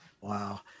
Wow